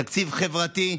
זה תקציב חברתי,